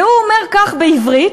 והוא אומר כך, בעברית,